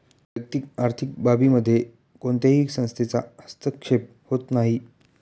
वैयक्तिक आर्थिक बाबींमध्ये कोणत्याही संस्थेचा हस्तक्षेप होत नाही